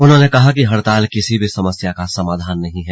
उन्होंने कहा कि हड़ताल किसी भी समस्या का समाधान नहीं है